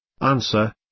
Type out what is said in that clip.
Answer